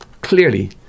clearly